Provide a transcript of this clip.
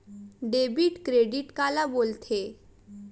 Debit credit काला बोल थे?